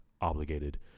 obligated